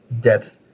depth